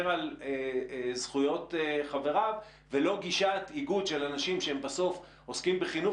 על זכויות חבריו ולא גישת איגוד של אנשים שהם בסוף עוסקים בחינוך